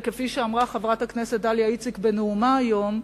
וכפי שאמרה חברת הכנסת דליה איציק בנאומה היום,